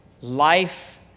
Life